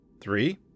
Three